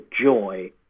joy